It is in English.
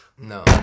No